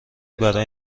برای